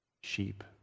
sheep